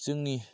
जोंनि